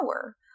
power